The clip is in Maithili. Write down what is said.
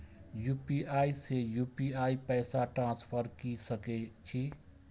यू.पी.आई से यू.पी.आई पैसा ट्रांसफर की सके छी?